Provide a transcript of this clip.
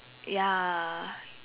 ya